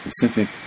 Pacific